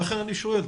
לכן אני שואל.